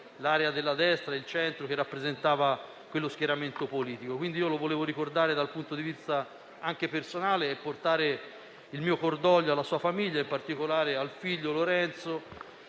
l'area della destra e il centro che rappresentava quello schieramento politico. Lo ricordo quindi anche dal punto di vista personale e porto il mio cordoglio alla sua famiglia, in particolare al figlio Lorenzo